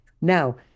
Now